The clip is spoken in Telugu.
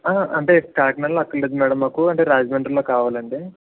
అంటే కాకినాడలో అక్కర్లేదు మ్యాడం మాకు అంటే రాజమండ్రిలో కావాలండి